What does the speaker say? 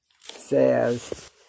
says